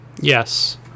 Yes